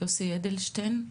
יוסי אדלשטיין.